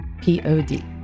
P-O-D